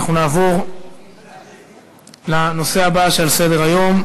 אנחנו נעבור לנושא הבא בסדר-היום,